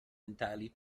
entirely